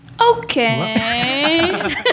Okay